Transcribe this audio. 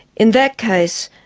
in that case,